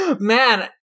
Man